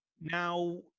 now